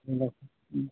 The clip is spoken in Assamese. ঠিক আছে